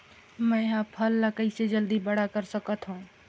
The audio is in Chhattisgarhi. मैं ह फल ला कइसे जल्दी बड़ा कर सकत हव?